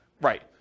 Right